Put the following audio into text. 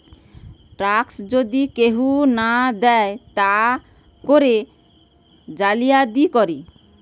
tax যদি কেহু না দেয় তা করে জালিয়াতি করে